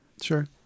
Sure